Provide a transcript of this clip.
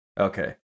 Okay